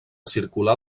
circular